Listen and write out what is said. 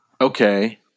Okay